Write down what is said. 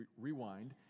rewind